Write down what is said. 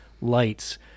lights